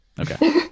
Okay